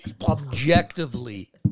objectively